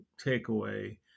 takeaway